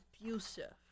abusive